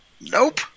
Nope